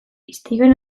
istiluen